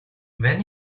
while